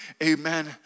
Amen